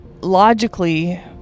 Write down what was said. logically